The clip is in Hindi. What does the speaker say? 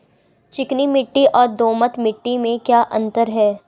चिकनी मिट्टी और दोमट मिट्टी में क्या अंतर है?